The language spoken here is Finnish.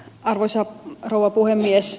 arvoisa rouva puhemies